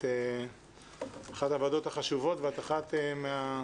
זו אחת הוועדות החשובות ואת אחת מהחשובות